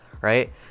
right